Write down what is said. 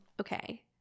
Okay